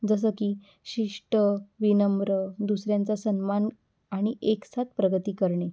जसं की शिष्ट विनम्र दुसऱ्यांचा सन्मान आणि एकसाथ प्रगती करणे